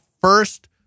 first